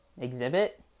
exhibit